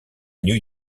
new